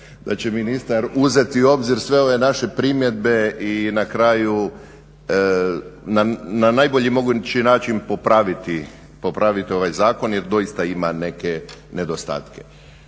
da će ministar uzeti u obzir sve ove naše primjedbe i na kraju na najbolji mogući način popraviti ovaj zakon jer doista ima neke nedostatke.